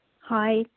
Hi